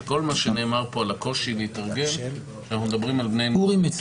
שכל מה שנאמר פה על הקושי להתארגן כשאנחנו מדברים על בני נוער וצעירים